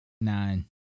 nine